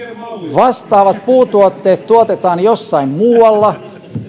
vastaavat puutuotteet tuotetaan jossain muualla